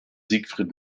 siegfried